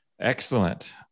Excellent